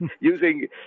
using